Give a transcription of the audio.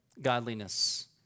godliness